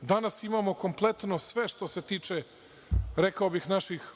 Danas imamo kompletno sve što se tiče rekao bih naših